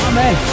Amen